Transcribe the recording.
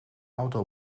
auto